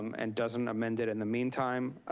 and doesn't amend it in the meantime.